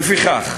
לפיכך,